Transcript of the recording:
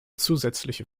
zusätzliche